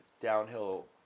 downhill